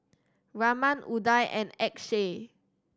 Raman Udai and Akshay